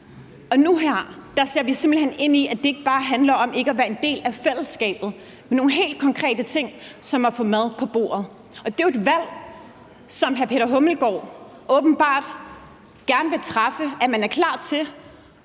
Og nu her ser vi simpelt hen ind i, at det ikke bare handler om ikke at være en del af fællesskabet, men om nogle helt konkrete ting som at få mad på bordet. Det er jo et valg, som den fungerende beskæftigelsesminister åbenbart gerne vil træffe, altså at man er klar til